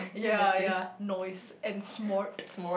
ya ya nice and smart